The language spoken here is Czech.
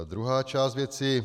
Druhá část věci.